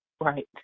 Right